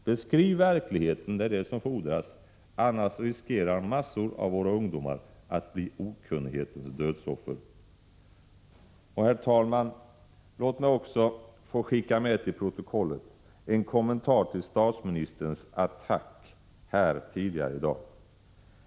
Beskriv verkligheten, det är det som fordras. Annars riskerar massor av våra ungdomar att bli okunnighetens dödsoffer. Herr talman! Låg mig också få anteckna till protokollet en kommentar till statsministerns attack tidigare i dag.